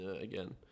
again